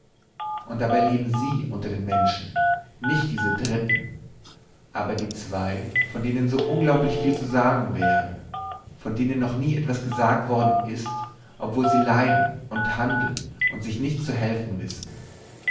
und dabei leben sie unter den menschen nicht diese dritten aber die zwei von denen so unglaublich viel zu sagen wäre von denen noch nie etwas gesagt worden ist obwohl sie leiden und handeln und sich nicht zu helfen wissen